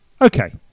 Okay